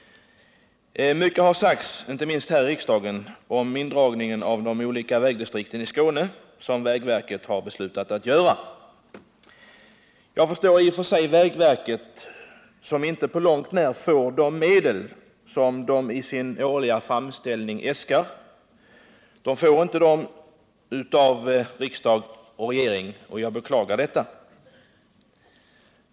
Mycket har sagts, inte minst här i kammaren, om den indragning av olika vägdistrikt i Skåne som vägverket har beslutat att göra. Jag förstår i och för sig vägverket, som inte på långt när får de medel som det i sin årliga framställning äskar. Det är riksdag och regering som inte beviljar vägverket de äskade medlen — och jag beklagar detta.